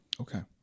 Okay